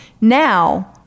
Now